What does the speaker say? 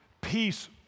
Peace